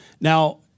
Now